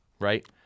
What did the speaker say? Right